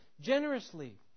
generously